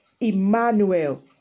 Emmanuel